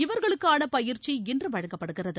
இவர்களுக்கான பயிற்சி இன்று வழங்கப்படுகிறது